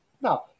Now